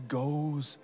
goes